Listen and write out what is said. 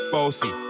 Bossy